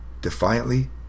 defiantly